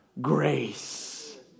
Grace